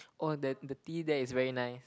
oh the the tea there is very nice